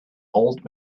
old